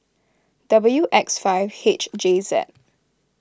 W X five H J Z